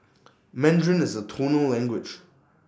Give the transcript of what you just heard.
Mandarin is A tonal language